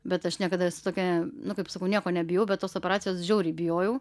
bet aš niekada esu tokia nu kaip sakau nieko nebijau bet tos operacijos žiauriai bijojau